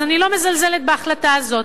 אז אני לא מזלזלת בהחלטה הזאת,